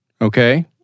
okay